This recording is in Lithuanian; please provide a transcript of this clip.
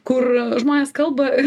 kur žmonės kalba